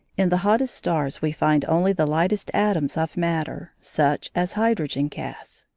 in the hottest stars we find only the lightest atoms of matter, such as hydrogen gas,